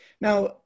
Now